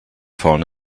fallen